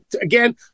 again